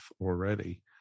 already